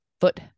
foot